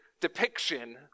depiction